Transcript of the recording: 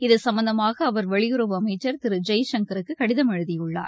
இதும்பந்தமாக அவர் வெளியுறவு அமைச்சர் திரு ஜெய்சங்கருக்கு கடிதம் எழுதியுள்ளார்